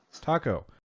Taco